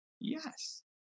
Yes